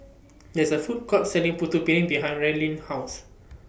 There IS A Food Court Selling Putu Piring behind Raelynn's House